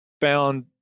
found